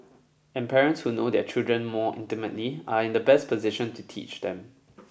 and parents who know their children more intimately are in the best position to teach them